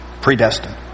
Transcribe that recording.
predestined